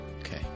Okay